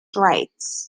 rights